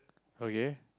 okay